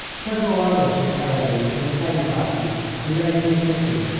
several others were carried in in the same fashion and laid in the kitchen,